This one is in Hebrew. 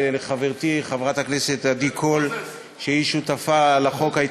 ולחברתי חברת הכנסת עדי קול שהיא שותפה לחוק,